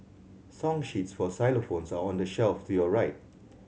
song sheets for xylophones are on the shelf to your right